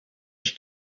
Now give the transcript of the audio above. its